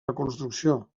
reconstrucció